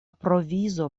provizo